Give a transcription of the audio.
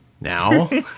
now